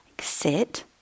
sit